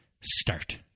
start